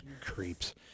Creeps